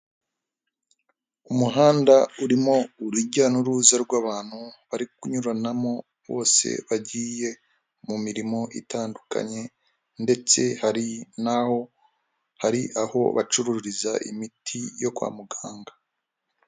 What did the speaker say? Umuhanda urimo urujya n'uruza rw'abantu bari kunyuranamo, bose bagiye mu mirimo itandukanye ndetse hari n'aho hari aho bacururiza imiti yo kwa muganga.